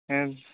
ᱮᱸ